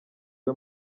iwe